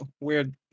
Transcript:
Weird